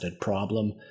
problem